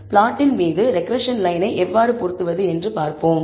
பிளாட்டின் மீது ரெக்ரெஸ்ஸன் லயனை எவ்வாறு பொருத்துவது என்று பார்ப்போம்